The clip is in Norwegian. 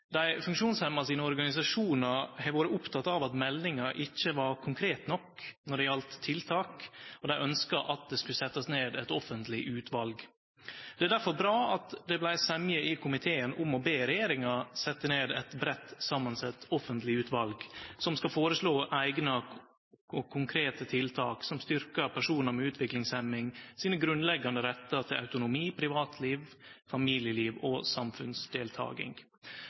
Dei funksjonshemma sine organisasjonar har vore opptekne av at meldinga ikkje var konkret nok når det gjaldt tiltak, og dei ønskte at det skulle setjast ned eit offentleg utval. Det er difor bra at det vart semje i komiteen om å be regjeringa setje ned eit breitt samansett offentleg utval, som skal føreslå eigna og konkrete tiltak som styrkjer personar med utviklingshemming sine grunnleggjande rettar til autonomi, privatliv, familieliv og samfunnsdeltaking.